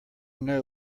know